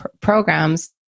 programs